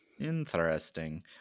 interesting